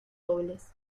dobles